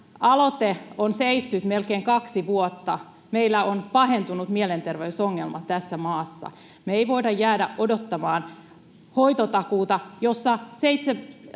aloite on seissyt melkein kaksi vuotta, meillä ovat mielenterveysongelmat pahentuneet tässä maassa. Me ei voida jäädä odottamaan hoitotakuuta, jossa